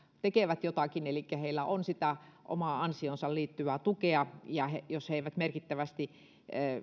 tekevät jotakin elikkä heillä on sitä omaan ansioonsa liittyvää tukea jos he eivät merkittävästi